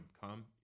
come